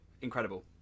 Incredible